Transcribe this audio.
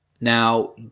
Now